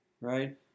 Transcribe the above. right